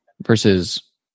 versus